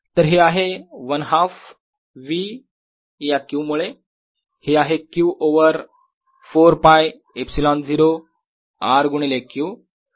तर हे आहे 1 हाफ- V या Q मुळे हे आहे Q ओवर 4 ㄫ ε0 R गुणिले Q